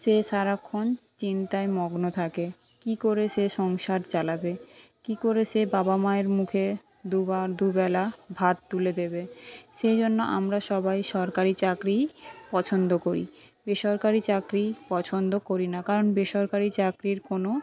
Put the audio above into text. সে সারাক্ষন চিন্তায় মগ্ন থাকে কি করে সে সংসার চালাবে কি করে সে বাবা মায়ের মুখে দুবার দুবেলা ভাত তুলে দেবে সেইজন্য আমরা সবাই সরকারি চাকরিই পছন্দ করি বেসরকারি চাকরি পছন্দ করি না কারণ বেসরকারি চাকরির কোনো